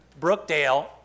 Brookdale